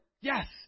yes